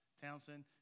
Townsend